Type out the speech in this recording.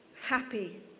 happy